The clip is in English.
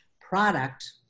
product